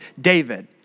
David